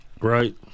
Right